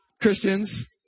Christians